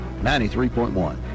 93.1